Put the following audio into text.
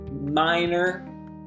minor